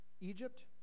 Egypt